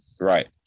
Right